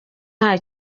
nta